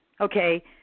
okay